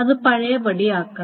അത് പഴയപടിയാക്കണം